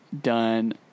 done